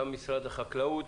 גם משרד החקלאות,